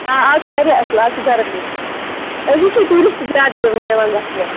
آ اَز چھُ واریاہ اصٕل اَز چھُ گَرم ییٚتہِ أزی چھِ ٹوٗرِسٹ زیادٕ یِوان گَژھنہٕ